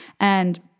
And-